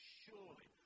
surely